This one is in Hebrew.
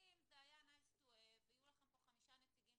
אם זה היו לכם כאן חמישה נציגים,